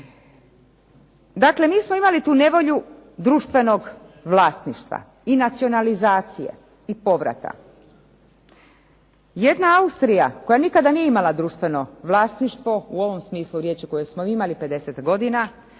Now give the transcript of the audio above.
Dakle, mi smo imali tu nevolju društvenog vlasništva i nacionalizacije i povrata. Jedna Austrija koja nije nikada imala društveno vlasništvo u ovom smislu riječi koje smo imali 50 godina,